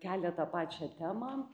kelia tą pačią temą